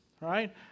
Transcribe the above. right